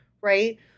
right